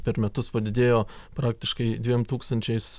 per metus padidėjo praktiškai dviem tūkstančiais